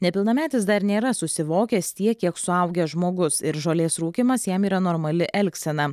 nepilnametis dar nėra susivokęs tiek kiek suaugęs žmogus ir žolės rūkymas jam yra normali elgsena